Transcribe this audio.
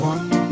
One